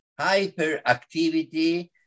hyperactivity